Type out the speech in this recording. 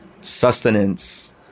sustenance